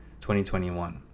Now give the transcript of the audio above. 2021